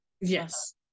Yes